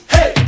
Hey